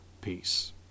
peace